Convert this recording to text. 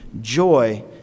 joy